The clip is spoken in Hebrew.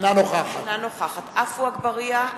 אינה נוכחת עפו אגבאריה,